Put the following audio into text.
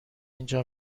اینجا